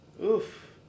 Oof